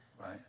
right